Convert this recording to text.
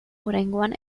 oraingoan